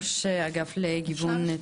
ראש האגף לגיוון תעסוקתי בנציבות שירות המדינה.